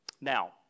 Now